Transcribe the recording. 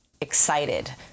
excited